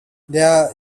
there